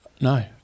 no